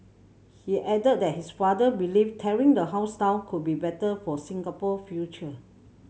he added that his father believed tearing the house down could be better for Singapore future